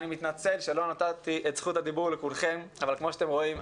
אני מתנצל שלא נתתי את זכות הדיבור לכולכם אבל כמו שאתם רואים,